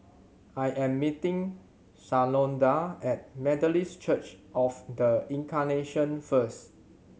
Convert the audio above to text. I am meeting Shalonda at Methodist Church Of The Incarnation first